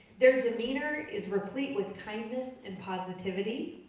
their demeanor is replete with kindness and positivity,